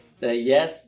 yes